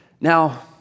Now